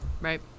right